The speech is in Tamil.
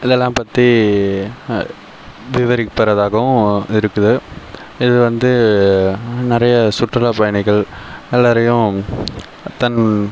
இதெல்லாம் பற்றி விவரிக்கிறதாகவும் இருக்குது இது வந்து நிறையா சுற்றுலா பயணிகள் எல்லோரையும் தன்